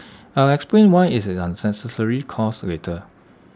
I'll explain why IT is an unnecessary cost later